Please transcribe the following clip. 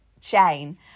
chain